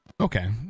Okay